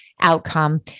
outcome